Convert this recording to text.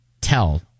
tell